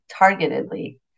targetedly